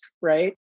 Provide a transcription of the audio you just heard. right